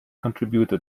contributor